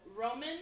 Roman